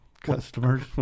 customer's